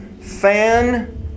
Fan